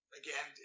again